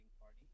party